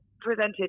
presented